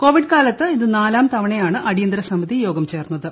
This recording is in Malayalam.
കോവിഡ് കാലത്ത് ഇത് നാലാം തവണയാണ് അടിയന്തര് സമിതി യോഗം ചേർന്നത്